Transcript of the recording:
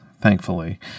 Thankfully